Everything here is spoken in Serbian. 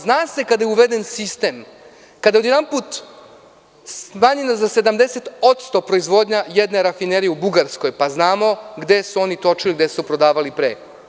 Zna se kada je uveden sistem, kada je odjednom smanjenja za 70% proizvodnja jedne rafinerije u Bugarskoj, pa znamo gde su oni točili i gde su prodavali pre.